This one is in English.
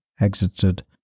exited